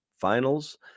finals